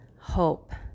hope